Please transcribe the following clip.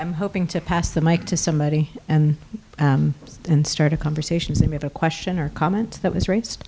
i'm hoping to pass the mike to somebody and and start a conversation with a question or comment that was raised